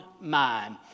mind